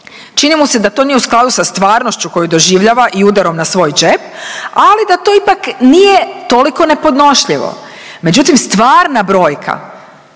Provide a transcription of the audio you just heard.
čini mu se da to nije u skladu sa stvarnošću koju doživljava i udarom na svoj džep, ali da to ipak nije toliko nepodnošljivo. Međutim, stvarna brojka